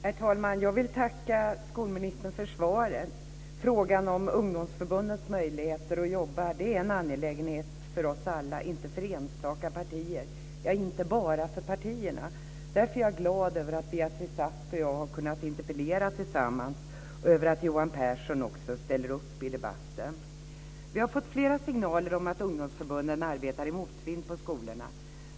Herr talman! Jag vill tacka skolministern för svaret. Frågan om ungdomsförbundens möjligheter att jobba är en angelägenhet för oss alla, inte för enstaka partier - ja, inte bara för partierna. Därför är jag glad att Beatrice Ask och jag har kunnat interpellera tillsammans och över att Johan Pehrson ställer upp i debatten. Vi har fått flera signaler om att ungdomsförbunden arbetar i motvind på skolorna.